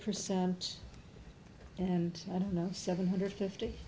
percent and i don't know seven hundred fifty